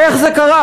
איך זה קרה?